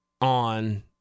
on